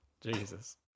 Jesus